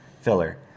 filler